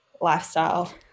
lifestyle